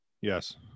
yes